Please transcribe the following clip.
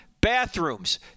bathrooms